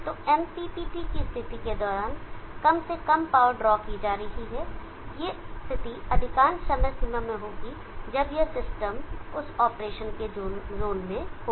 तो MPPT की स्थिति के दौरान कम से कम पावर ड्रॉ की जा रही है यह स्थिति अधिकांश समय सीमा में होगी जब यह सिस्टम उस ऑपरेशन के जोन में होगा